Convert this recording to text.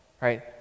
right